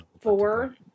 four